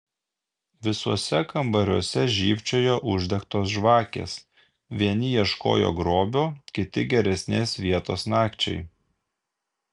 visuose kambariuose žybčiojo uždegtos žvakės vieni ieškojo grobio kiti geresnės vietos nakčiai